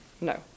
no